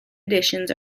editions